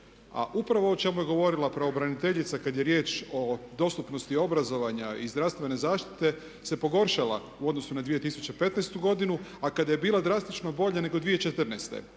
upravo o čemu je govorila pravobraniteljica kad je riječ o dostupnosti obrazovanja i zdravstvene zaštite se pogoršala u odnosu na 2015.godinu, a kada je bila drastično bolja nego 2014.a rečeno